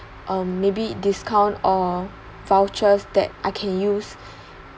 uh maybe discount or vouchers that I can use